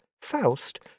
Faust